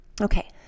Okay